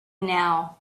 now